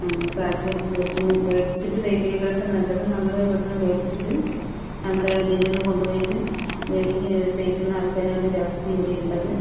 നമ്മള് കാച്ചിയ എണ്ണ മേടിക്കുന്ന മേടിച്ചിട്ട് തേക്കണേക്കാട്ടും നല്ലത് നമ്മള് ഇവിടെനിന്ന് മേടിച്ചിട്ട് നമ്മുടെ മില്ലിൽനിന്ന് കൊണ്ട് പോയിട്ട് മേടിച്ച് തേക്കുന്ന ആൾക്കാര് ആണ് ജാസ്തി ഇവിടെ ഉള്ളത്